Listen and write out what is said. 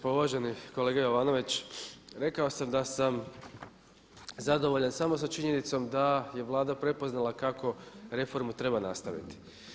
Pa uvaženi kolega Jovanović, rekao sam da sam zadovoljan samo sa činjenicom da je Vlada prepoznala kako reformu treba nastaviti.